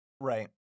Right